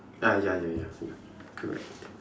ah ya ya ya ya correct